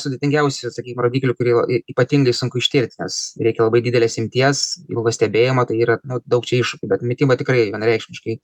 sudėtingiausių sakykim rodiklių kurie ypatingai sunku ištirti nes reikia labai didelės imties ilgo stebėjimo tai yra nu daug čia iššūkių bet mityba tikrai vienareikšmiškai